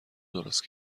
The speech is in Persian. درست